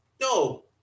no